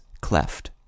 cleft